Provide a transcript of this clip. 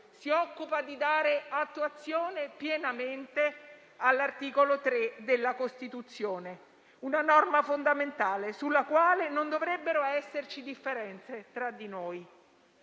Si occupa di dare piena attuazione all'articolo 3 della Costituzione, una norma fondamentale sulla quale non dovrebbero esserci differenze tra di noi.